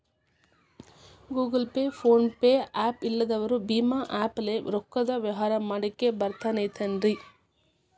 Google Pay, PhonePe app ಇಲ್ಲದವರು ಭೇಮಾ app ಲೇ ರೊಕ್ಕದ ವ್ಯವಹಾರ ಮಾಡಾಕ್ ಬರತೈತೇನ್ರೇ?